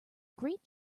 great